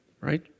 right